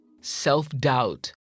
Self-doubt